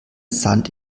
sand